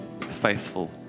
faithful